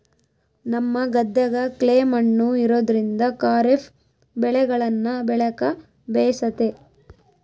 ನಮ್ಮ ಗದ್ದೆಗ ಕ್ಲೇ ಮಣ್ಣು ಇರೋದ್ರಿಂದ ಖಾರಿಫ್ ಬೆಳೆಗಳನ್ನ ಬೆಳೆಕ ಬೇಸತೆ